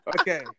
Okay